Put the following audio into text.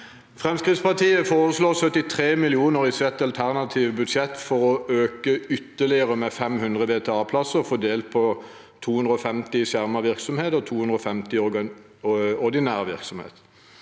Fremskrittspartiet foreslår 73 mill. kr i sitt alternative budsjett for å øke ytterligere med 500 VTA-plasser, fordelt på 250 i skjermet virksomhet og 250 i ordinær virksomhet.